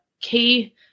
key